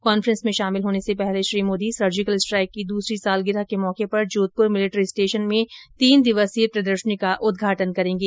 conference में शामिल होने से पहले श्री मोदी सर्जिकल स्ट्राइक की दूसरी सालगिरह के मौके पर जोधपुर मिलिट्री स्टेशन में तीन दिवसीय प्रदर्शनी का उद्घाटन करेंगे